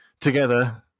together